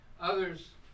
Others